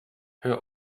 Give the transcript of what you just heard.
her